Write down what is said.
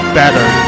better